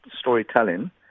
storytelling